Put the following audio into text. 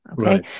Okay